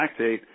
lactate